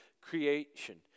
creation